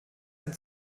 ein